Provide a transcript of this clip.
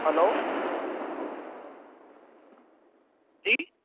hello जी